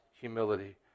humility